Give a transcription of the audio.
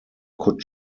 could